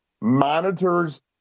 monitors